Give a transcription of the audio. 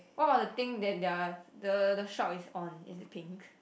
one of the thing that the the the shop is on is it pink